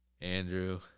Andrew